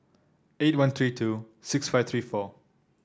eight one three two six five three four